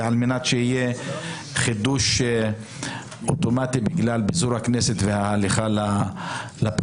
על מנת שיהיה חידוש אוטומטי בגלל התפזרות הכנסת וההליכה לבחירות.